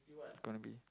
gonna be